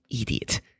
idiot